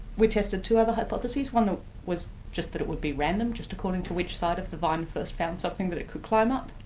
we tested two other hypotheses, one was just that it would be random, just according to which side of the vine first found something that it could climb up,